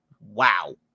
Wow